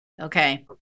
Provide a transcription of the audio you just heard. okay